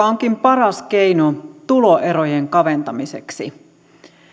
onkin paras keino tuloerojen kaventamiseksi